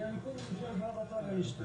ותיכף הם יספרו מה הם עושים בעניין הזה.